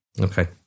Okay